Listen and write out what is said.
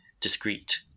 discrete